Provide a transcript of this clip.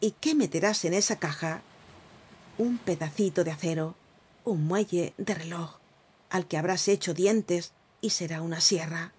y qué meterás en esa caja un pedacito de acero un muelle de reloj al que habrás hecho dientes y será una sierra